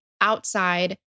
outside